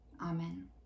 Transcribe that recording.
Amen